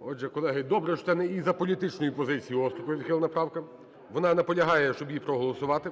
Отже, колеги, добре, що це не із-за політичної позиції Острікової відхилена правка. Вона наполягає, щоб її проголосувати.